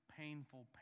painful